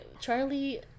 charlie